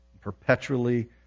perpetually